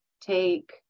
take